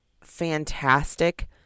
fantastic